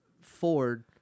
Ford